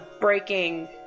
breaking